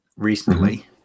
recently